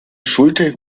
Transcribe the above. schulte